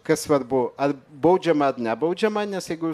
kas svarbu baudžiama ar nebaudžiama nes jeigu